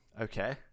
okay